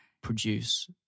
produce